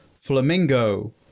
flamingo